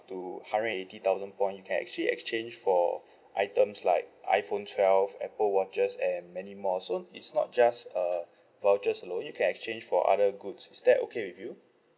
to hundred and eighty thousand point you can actually exchange for items like iphone twelve apple watches and many more so it's not just err vouchers alone you can exchange for other goods is that okay with you